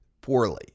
poorly